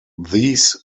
these